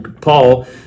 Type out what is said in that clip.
Paul